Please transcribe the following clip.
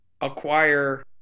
acquire